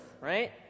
right